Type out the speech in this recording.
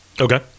Okay